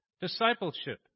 discipleship